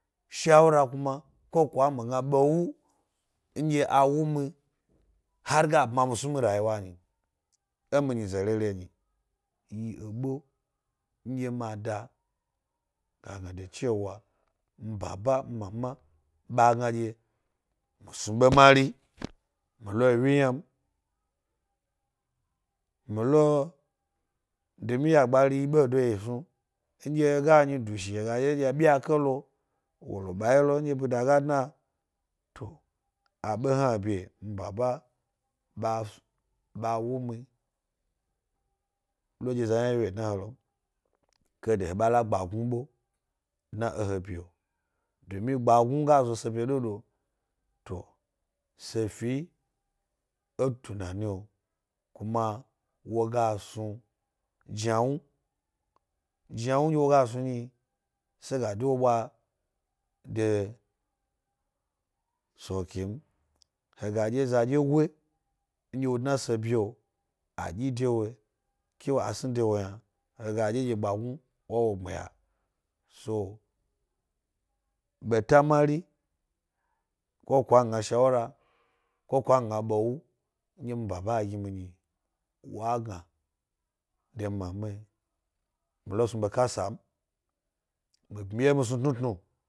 Shawura kuma ko kwa mi gna ɓwewu nɗye a wu mi har ga bmami snu emi rayiwa myi, e mi nyize rere nyi yi eɓe nɗye ma da-da cewa nbaba, nmama ɓa gna ɗye mi snu ɓe mari mi lo wyi yna m. mi lo, domi ya gbari yiɓedo yi snu nɗye he ga enyi ɗu shi he ga ɗye ɗye byake lo wo ɓawye lo ndye bida ga dna to abe hna nbaba ɓa wn mi, 1o ɗye za yna wye ewye dna he lom kkade he ɓa la gbagnu ɓe dna he ye’o dumi gbagnu gazo se bye do-do, to se fi e tunanio wo ga snu jnawnu, jnawnu ndye woga snu nyi, se ga de wo ɓwa de soki mi. he ga ɗye za ɗye go nɗye wo dna e se bye’o a dyi de wo ke a sni de wo yna. he ga dye dye gbagnu wa wo gbmiya. So, ɓeta mari ko kwa ngna shawura, ko kwa nnhna ɓewu nɗye nbaba gimi nyi, wa gna de nmama mi lo ssnu ɓe kasa m, mi nyiwye mi snu tnutnu.